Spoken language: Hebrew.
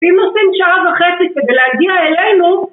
‫אם עושים שעה וחצי ‫כדי להגיע אלינו...